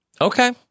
Okay